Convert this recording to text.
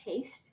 taste